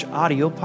audio